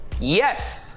yes